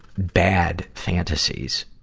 bad fantasies.